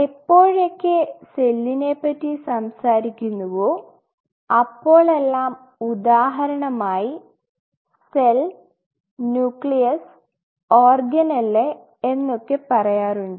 എപ്പോഴൊക്കെ സെല്ലിനെ പറ്റി സംസാരിക്കുന്നുവോ അപ്പോൾ എല്ലാം ഉദാഹരണമായി സെൽ ന്യൂക്ലിയസ് ഓർഗനല്ലേ എന്നൊക്കെ പറയാറുണ്ട്